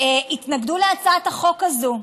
התנגדו להצעת החוק הזאת,